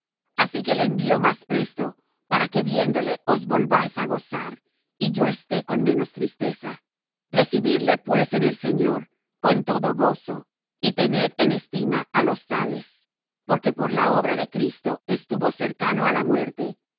así que le envío más presto para que viéndole os volváis á gozar y yo esté con menos tristeza recibidle pues en el señor con todo gozo y tened en estima á los tales porque por la obra de cristo estuvo cercano á la muerte